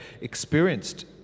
experienced